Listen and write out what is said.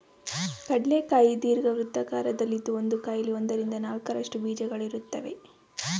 ಕಡ್ಲೆ ಕಾಯಿ ದೀರ್ಘವೃತ್ತಾಕಾರದಲ್ಲಿದ್ದು ಒಂದು ಕಾಯಲ್ಲಿ ಒಂದರಿಂದ ನಾಲ್ಕರಷ್ಟು ಬೀಜಗಳಿರುತ್ವೆ